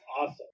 awesome